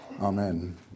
Amen